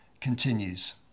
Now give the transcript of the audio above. continues